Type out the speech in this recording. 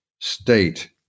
state